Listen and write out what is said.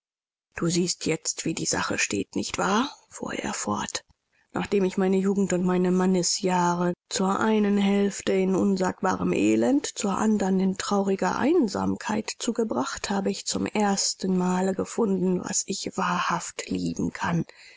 du siehst jetzt wie die sache steht nicht wahr fuhr er fort nachdem ich meine jugend und meine mannesjahre zur einen hälfte in unsagbarem elend zur andern in trauriger einsamkeit zugebracht habe ich zum erstenmale gefunden was ich wahrhaft lieben kann